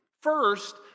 First